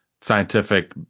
scientific